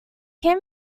him